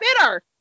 Bitter